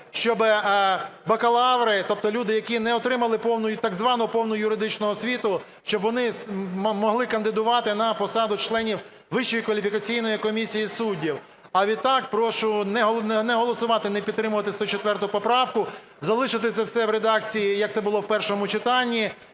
щоб бакалаври, тобто люди, які не отримали повну і так звану повну юридичну освіту, щоб вони могли кандидувати на посаду членів Вищої кваліфікаційної комісії суддів. А відтак прошу не голосувати, не підтримувати 104 поправку, залишити це все в редакції, як це було в першому читанні.